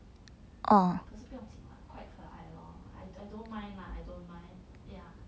可是不用紧 lah quite 可爱 lor I I don't mind lah I don't mind yeah